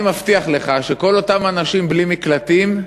אני מבטיח לך שכל אותם אנשים בלי מקלטים,